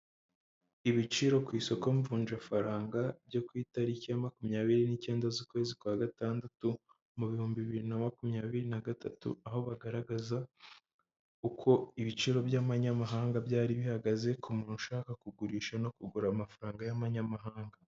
Ibiciro ku isoko mvunjafaranga byo ku itariki ya makumyabiri n'icyenda z'ukwezi kwa gatandatu, mu bihumbi bibiri na makumyabiri na gatatu, aho bagaragaza uko ibiciro by'amanyamahanga byari bihagaze, ku muntu ushaka kugurisha no kugura amafaranga y'amanyamahanga.